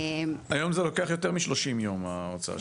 היום זה לוקח יותר מ-30 ימים ההוצאה של תעודת הזהות.